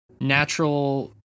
natural